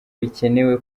bikenewe